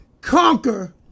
conquer